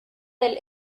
del